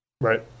Right